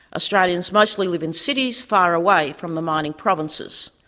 australians mostly live in cities, far away from the mining provinces.